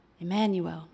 Emmanuel